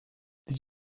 did